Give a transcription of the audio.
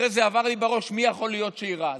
אחרי זה עבר לי בראש מי יכול להיות שיירה.